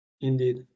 Indeed